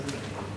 בסדר?